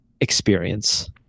experience